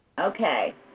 Okay